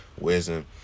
wisdom